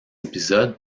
épisodes